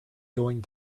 going